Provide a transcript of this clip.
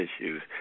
issues